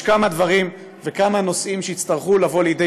יש כמה דברים וכמה נושאים שיצטרכו לבוא לידי